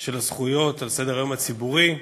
של הזכויות על סדר-היום הציבורי.